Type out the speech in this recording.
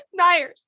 Nyers